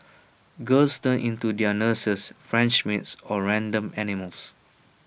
girls turn into their nurses French maids or random animals